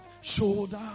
shoulder